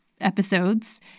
episodes